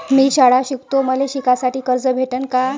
मी शाळा शिकतो, मले शिकासाठी कर्ज भेटन का?